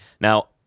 now